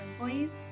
employees